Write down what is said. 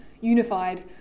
unified